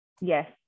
yes